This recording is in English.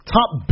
top